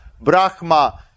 Brahma